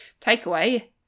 takeaway